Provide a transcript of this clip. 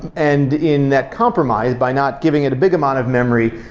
and in that compromise, by not giving it big amount of memory,